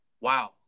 Wow